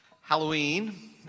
Halloween